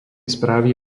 správy